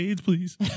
please